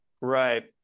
Right